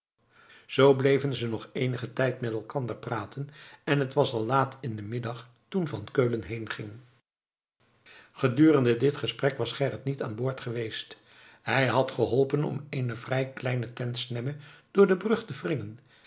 zoo bleven ze nog eenigen tijd met elkander praten en het was al laat in den middag toen van keulen heenging gedurende dit gesprek was gerrit niet aanboord geweest hij had geholpen om eene vrij kleine tentsnebbe door de brug